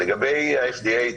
לגבי ה-FDA,